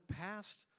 past